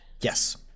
Yes